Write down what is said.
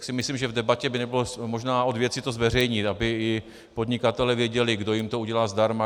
Tak si myslím, že v debatě by nebylo možná od věci to zveřejnit, aby i podnikatelé věděli, kdo jim to udělá zdarma.